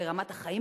רמת החיים,